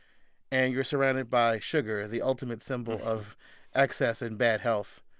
and you're surrounded by sugar, the ultimate symbol of excess and bad health.